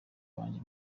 wanjye